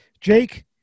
Jake